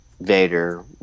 Vader